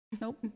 Nope